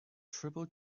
tribal